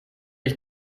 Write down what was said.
ich